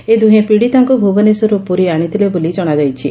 ଏ ଦୁହେଁ ପୀଡିତାଙ୍କୁ ଭୁବନେଶ୍ୱରରୁ ପୁରୀ ଆଣିଥିଲେ ବୋଲି ଜଣାଯାଇଛି